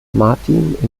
martin